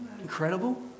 Incredible